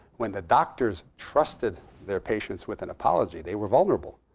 when the doctors trusted their patients with an apology, they were vulnerable.